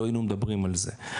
לא היינו מדברים על זה.